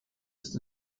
ist